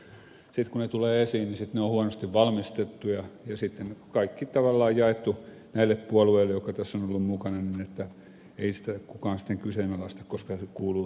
sitten kun ne tulevat esiin ne ovat huonosti valmistettuja ja sitten on kaikki tavallaan jaettu näille puolueille jotka tässä ovat olleet mukana niin että ei sitä kukaan sitten kyseenalaista koska se kuuluu tähän mandaattiin